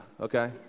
okay